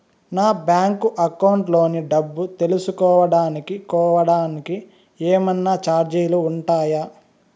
నా bank account లోని డబ్బు తెలుసుకోవడానికి కోవడానికి ఏమన్నా చార్జీలు ఉంటాయా?